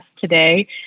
today